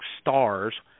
stars